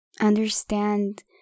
understand